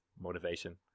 motivation